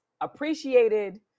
Appreciated